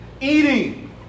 Eating